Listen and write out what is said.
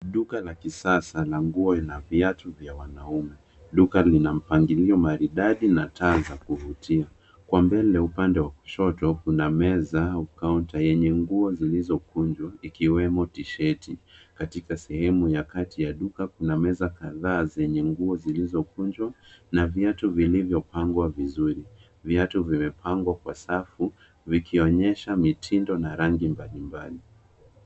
Duka la kisasa la nguo na viatu vya wanaume. Duka lina mpangilio maridadai na taa za kuvutia. Kwa mbele upande wa kushoto kuna meza kwa kaunta yenye nguo zilizokunjwa ikiwemo tisheti .Katika sehemu ya kati ya duka kuna meza kadhaa zenye nguo zilizokunjwa na viatu vilivyopangwa vizuri. Viatu vimepangwa kwa safu vikionyesha mitindo na rangi mbalimbali.